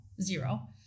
zero